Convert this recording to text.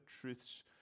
truths